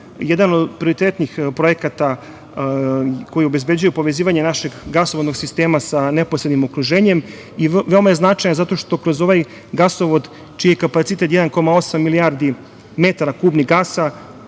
Jedan od prioritetnih projekata koji obezbeđuje povezivanje našeg gasovodnog sistema sa neposrednim okruženjem i veoma je značajan zato što kroz ovaj gasovod čiji je kapacitet 1,8 milijardi metara kubnih gasa,